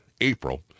April